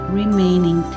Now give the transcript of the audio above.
remaining